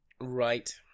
Right